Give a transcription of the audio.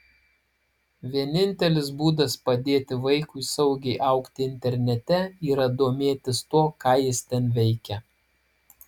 vienintelis būdas padėti vaikui saugiai augti internete yra domėtis tuo ką jis ten veikia